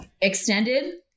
Extended